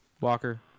Walker